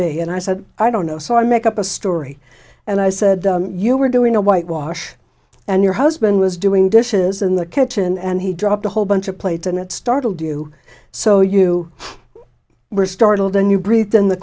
be and i said i don't know so i make up a story and i said you were doing a white wash and your husband was doing dishes in the kitchen and he dropped a whole bunch of plates and it startled you so you were startled and you breathe in the